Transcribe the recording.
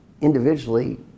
individually